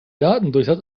datendurchsatz